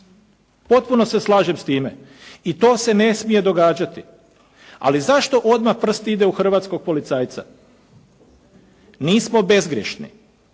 Potpuno se slažem s time i to se ne smije događati ali zašto odmah prst ide u hrvatskog policajca? Nismo bezgrešni.